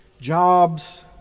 jobs